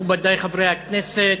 מכובדי חברי הכנסת,